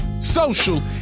social